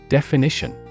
Definition